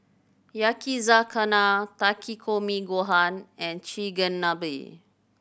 Yakizakana Takikomi Gohan and Chigenabe